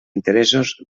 interessos